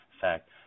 fact